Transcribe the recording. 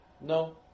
No